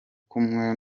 kumwe